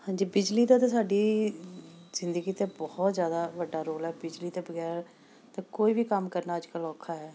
ਹਾਂਜੀ ਬਿਜਲੀ ਦਾ ਤਾਂ ਸਾਡੀ ਜ਼ਿੰਦਗੀ 'ਤੇ ਬਹੁਤ ਜ਼ਿਆਦਾ ਵੱਡਾ ਰੋਲ ਹੈ ਬਿਜਲੀ ਦੇ ਬਗੈਰ ਕੋਈ ਵੀ ਕੰਮ ਕਰਨਾ ਅੱਜ ਕੱਲ੍ਹ ਔਖਾ ਹੈ